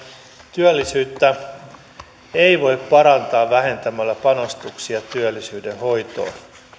työllisyyttä ei voi parantaa vähentämällä panostuksia työllisyyden hoitoon